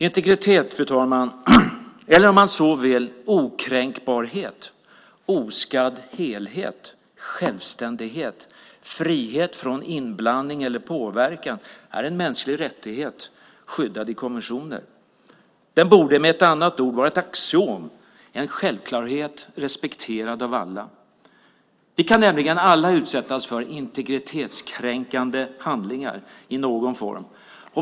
Integritet eller, om man så vill okränkbarhet, oskadd helhet, självständighet, frihet från inblandning eller påverkan är en mänsklig rättighet skyddad i konventioner. Den borde med ett annat ord vara ett axiom - en självklarhet respekterad av alla. Vi kan nämligen alla utsättas för integritetskränkande handlingar i någon form.